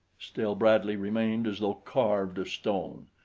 still bradley remained as though carved of stone.